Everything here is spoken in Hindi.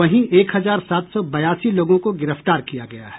वहीं एक हजार सात सौ बयासी लोगों को गिरफ्तार किया गया है